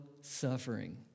suffering